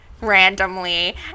randomly